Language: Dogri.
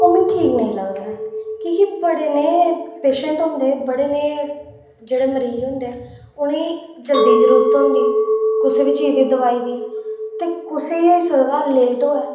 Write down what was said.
ओह् मिगी ठीक नेईं लगदा ऐ की के बड़े नेह पेशैंट होंदे बड़े नेह मरीज होंदे उ'नेंगी जल्दी जरूरत होंदी कुसै बी चीज़ दी दवाई दी ते कुसै गी होई सकदा लेट होऐ